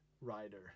rider